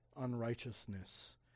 unrighteousness